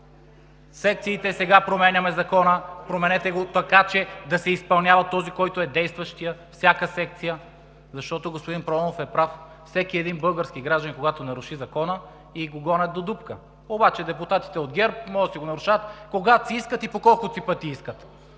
секциите, сега променяме Закона, променете го така, че да се изпълнява действащия закон във всяка секция. Защото господин Проданов е прав: всеки български гражданин, когато наруши закона, го гонят до дупка, обаче депутатите от ГЕРБ могат да си го нарушават когато си искат и по колкото пъти си искат!